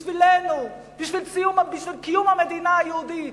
בשבילנו, בשביל קיום המדינה היהודית,